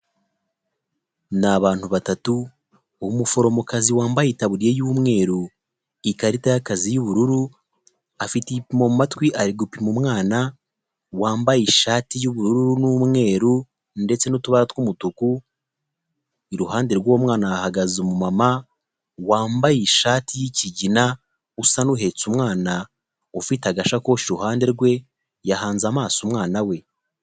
ni abantu batatu umuforomokazi wambayetaburiya yumweru ikarita y'akazi y'ubururu afite igipi mumatwi ari gupima umwana wambaye ishati yu'ubururu n'umweru ndetse n'utubarawumutuku iruhande rw'umwana ahagaze umu mumama wambaye ishati ykigina usa n'uhetse umwana ufite agasakoshi iruhande rwe yahanze amaso umwana we